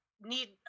need